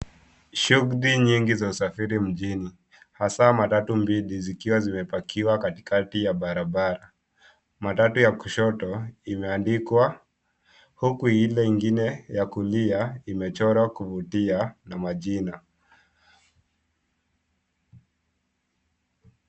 Shughuli nyingi za usafiri mjini hasa matatu mbili zikiwa zimepakiwa katikati ya barabara. Matatu ya kushoto imeandikwa huku ile ingine ya kulia imechorwa kuvutia na majina.